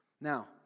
Now